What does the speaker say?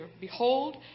Behold